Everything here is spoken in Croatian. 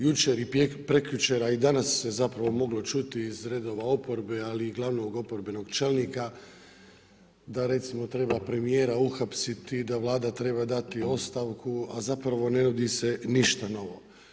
Jučer i prekjučer, a i danas se zapravo moglo čuti iz redova oporbe, ali i glavnog oporbenog čelnika, da recimo treba premjera uhapsiti, da Vlada treba dati ostavku, a zapravo ne radi se ništa novo.